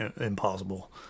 impossible